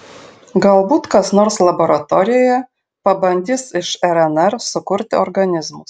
galbūt kas nors laboratorijoje pabandys iš rnr sukurti organizmus